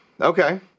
okay